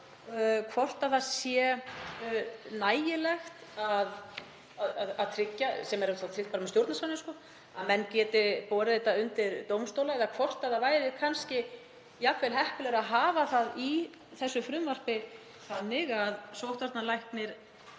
hvort það sé nægilegt að tryggja, sem er bara tryggt með stjórnarskránni, að menn geti borið þetta undir dómstóla eða hvort það væri jafnvel heppilegra að hafa það í þessu frumvarpi þannig að sóttvarnalæknir